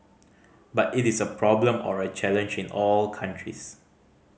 but it is a problem or a challenge in all countries